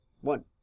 One